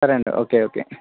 సరేండి okay okay